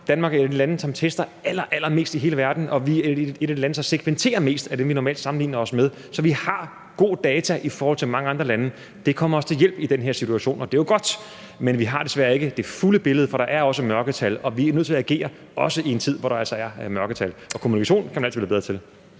Danmark er et af de lande, som tester allerallermest i hele verden, og af de lande, vi normalt sammenligner os med, er vi et af dem, som sekventerer mest. Så vi har god data i forhold til mange andre lande. Det kommer os til hjælp i den her situation, og det er jo godt. Men vi har desværre ikke det fulde billede, for der er også mørketal, og vi er nødt til at agere, også i en tid, hvor der altså er mørketal. Og kommunikation kan man altid blive bedre til.